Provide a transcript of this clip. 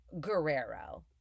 Guerrero